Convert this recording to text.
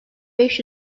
beş